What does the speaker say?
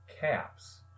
caps